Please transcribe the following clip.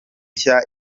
nshya